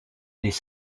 les